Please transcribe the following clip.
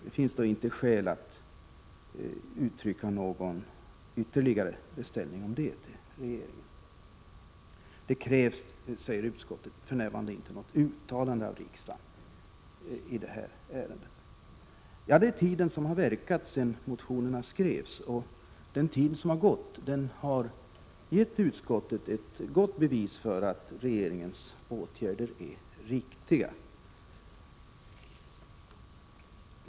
Det finns inte skäl att uttrycka någon ytterligare beställning om detta. Det krävs, säger utskottet, för närvarande inte något uttalande av riksdagen i detta ärende. Tiden har verkat sedan motionerna skrevs, och den tid som gått har givit utskottet gott bevis för att regeringens åtgärder är riktiga.